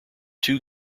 two